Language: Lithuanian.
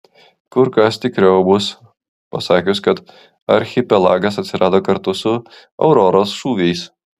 kur kas tikriau bus pasakius kad archipelagas atsirado kartu su auroros šūviais